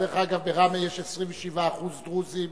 דרך אגב, בראמה יש 27% דרוזים,